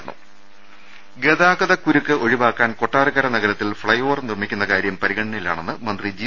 രുട്ട്ട്ട്ട്ട്ട്ട ട ഗതാഗതക്കുരുക്ക് ഒഴിവാക്കാൻ കൊട്ടാരക്കര നഗരത്തിൽ ഫ്ളൈ ഓ വർ നിർമിക്കുന്ന കാര്യം പരിഗണനയിലാണെന്ന് മന്ത്രി ജി